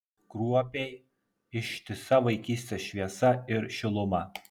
kruopiai ištisa vaikystės šviesa ir šiluma